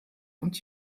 und